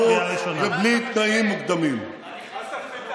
המדינה קודם, נכנסים לחדר.